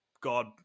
God